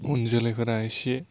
उन जोलैफोरा इसे